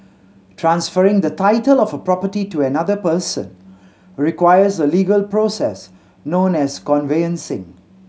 transferring the title of a property to another person requires a legal process known as conveyancing